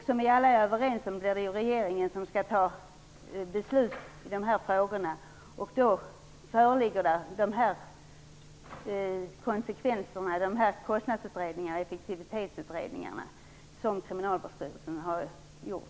Som vi alla är överens om är det regeringen som fattar beslut i de här frågorna, och då föreligger de kostnadsutredningar och effektivitetsutredningar som Kriminalvårdsstyrelsen har gjort.